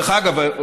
דרך אגב,